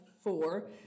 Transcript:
four